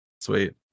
sweet